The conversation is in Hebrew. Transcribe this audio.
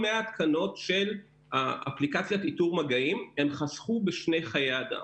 של אפליקציית איתור המגעים הם חסכו בשני חיי אדם.